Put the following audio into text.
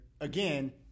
again